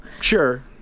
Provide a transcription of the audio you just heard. Sure